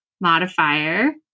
modifier